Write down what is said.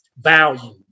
value